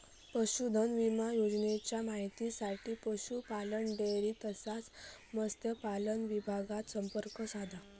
पशुधन विमा योजनेच्या माहितीसाठी पशुपालन, डेअरी तसाच मत्स्यपालन विभागाक संपर्क साधा